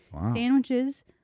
Sandwiches